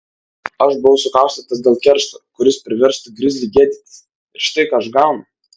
aš buvau sukaustytas dėl keršto kuris priverstų grizlį gėdytis ir štai ką aš gaunu